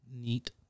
Neat